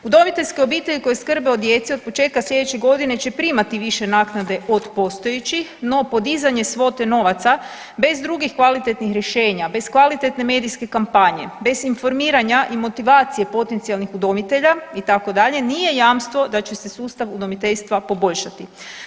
Udomiteljske obitelji koje skrbe o djeci od početka sljedeće godine će primati više naknade od postojećih, no podizanje svote novaca bez drugih kvalitetnih rješenja, bez kvalitetne medijske kampanje, bez informiranja i motivacije potencijalnih udomitelja itd., nije jamstvo da će se sustav udomiteljstva poboljšati.